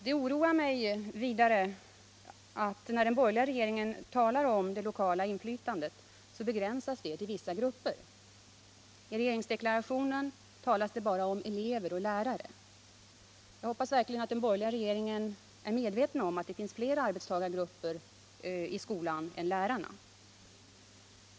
Det oroar mig vidare att när den borgerliga regeringen talar om det lokala inflytandet så begränsas detta till vissa grupper. I regeringsdeklarationen talas det bara om elever och lärare. Jag hoppas verkligen att den borgerliga regeringen är medveten om att det finns fler arbetstagargrupper i skolan än lärarna.